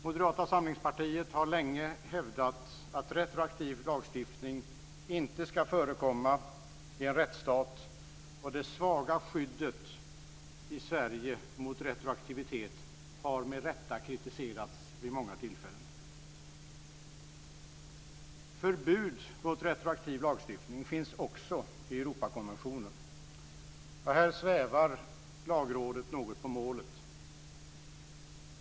Moderata samlingspartiet har länge hävdat att retroaktiv lagstiftning inte ska förekomma i en rättsstat, och det svaga skyddet i Sverige mot retroaktivitet har med rätta kritiserats vid många tillfällen. Förbud mot retroaktiv lagstiftning finns också i Europakonventionen. Här svävar Lagrådet något på målet.